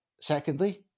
Secondly